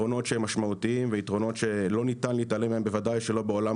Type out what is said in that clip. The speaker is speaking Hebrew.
יתרונות שהם משמעותיים ושלא ניתן להתעלם מהם בוודאי שלא בעולם